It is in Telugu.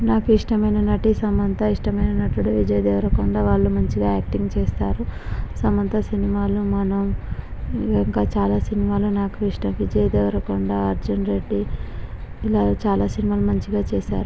నాకు ఇష్టమైన నటి సమంత ఇష్టమైన నటుడు విజయదేవరకొండ వాళ్ళు మంచిగా యాక్టింగ్ చేస్తారు సమంత సినిమాల్లో మనం ఇంకా చాలా సినిమాలు నాకు ఇష్టం విజయదేవరకొండ అర్జున్ రెడ్డి ఇలా చాలా సినిమాలు మంచిగా చేసారు